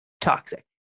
toxic